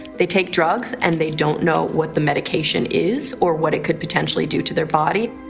they take drugs and they don't know what the medication is or what it could potentially do to their body.